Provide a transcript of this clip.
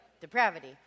Depravity